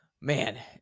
man